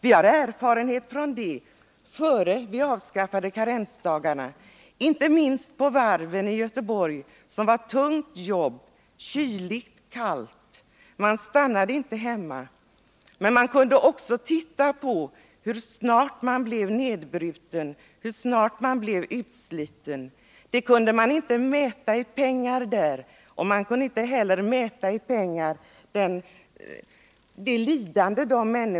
Vi hade erfarenhet av sådant innan vi avskaffade karensdagarna. Inte minst på varven i Göteborg förekom tunga jobb. Där var kallt och blåsigt. Arbetarna stannade inte hemma, men man kunde se hur snabbt de blev nedbrutna och utslitna. Det kunde man inte mäta i pengar. Man kunde inte heller mäta deras lidande.